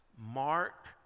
mark